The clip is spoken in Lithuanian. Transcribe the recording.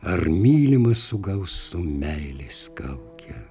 ar mylimas sugaus su meilės kauke